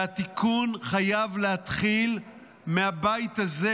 והתיקון חייב להתחיל מהבית הזה,